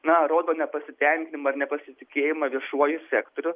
na rodo nepasitenkinimą ir nepasitikėjimą viešuoju sektoriu